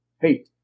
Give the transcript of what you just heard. hey